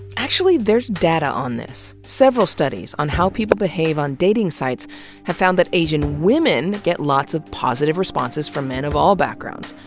actually, there's data on this. several studies on how people behave on dating sites have found that asian women get lots of positive responses from men of all backgrounds.